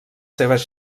seves